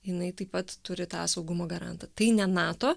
jinai taip pat turi tą saugumo garantą tai ne nato